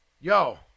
Yo